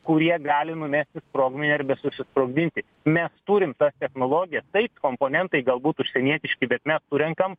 kurie gali numesti sprogmenį arba susisporgdinti mes turim tas technologijas taip komponentai galbūt užsienietiški bet mes surenkam